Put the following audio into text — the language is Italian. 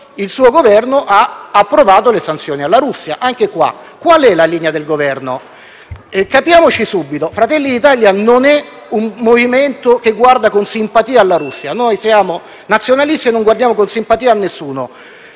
Conte, ha approvato le sanzioni alla Russia. Anche in questo caso, qual è la linea del Governo? Capiamoci subito, Fratelli d'Italia non è un movimento che guarda con simpatia alla Russia; noi siamo nazionalisti e non guardiamo con simpatia a nessuno,